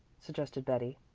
suggested betty.